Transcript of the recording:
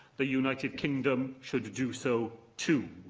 the united kingdom should do so too.